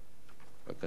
בבקשה, גברתי.